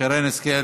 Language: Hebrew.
שרן השכל,